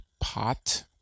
pot